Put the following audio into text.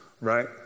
right